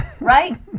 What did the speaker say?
right